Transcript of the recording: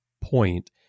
point